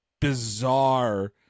bizarre